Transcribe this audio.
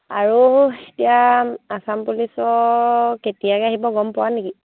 আৰু এতিয়া আসাম পুলিচৰ কেতিয়াকৈ আহিব গম পোৱা নেকি